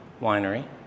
Winery